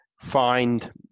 find